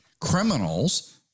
Criminals